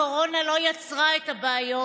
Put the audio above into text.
הקורונה לא יצרה את הבעיות,